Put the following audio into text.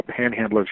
Panhandlers